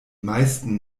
meisten